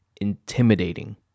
intimidating